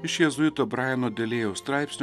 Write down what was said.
iš jėzuito braino delėjaus straipsnio